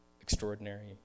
extraordinary